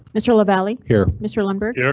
mr lavalley. here. mr lundberg. here.